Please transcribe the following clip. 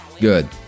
good